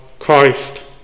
Christ